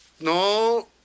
No